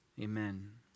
amen